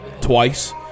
twice